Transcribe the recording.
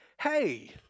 hey